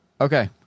Okay